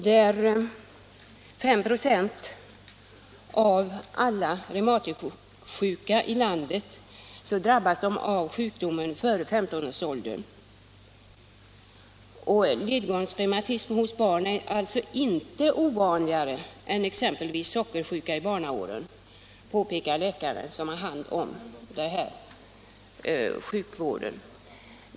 Ca 5 96 av alla reumatikersjuka i landet drabbas av sjukdomen före 15-årsåldern. En läkare som ägnar sig åt barnreumatiker påpekar att ledgångsreumatism hos barn inte är ovanligare än exempelvis sockersjuka i barnaåren.